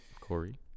Corey